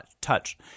touch